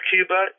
Cuba